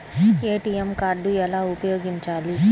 ATM card ఎలా ఉపయోగించాలి?